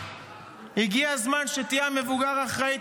הגיע הזמן שתהיה המבוגר האחראי,